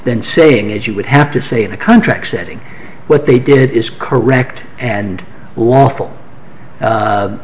than saying it you would have to say in a contract setting what they did is correct and lawful